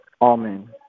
Amen